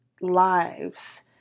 lives